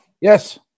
Yes